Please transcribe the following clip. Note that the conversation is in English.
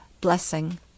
Blessing